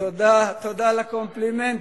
תודה על הקומפלימנט.